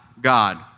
God